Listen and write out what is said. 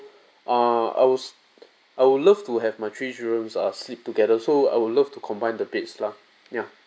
uh I was I would love to have my three children uh sleep together so I would love to combine the beds lah ya